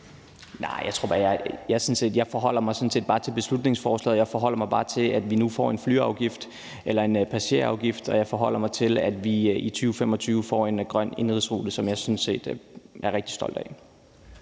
jeg forholder mig sådan set bare til beslutningsforslaget. Jeg forholder mig bare til, at vi nu får en passagerafgift, og jeg forholder mig til, at vi i 2025 får en grøn indenrigsrute, hvilket jeg sådan set er rigtig stolt af.